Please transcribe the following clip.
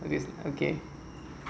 okay okay